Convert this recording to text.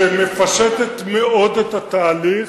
שמפשטת מאוד את התהליך,